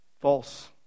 false